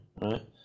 right